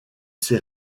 ces